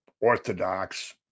orthodox